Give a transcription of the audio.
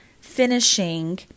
finishing